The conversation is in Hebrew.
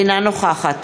אינה נוכחת